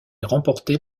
remporté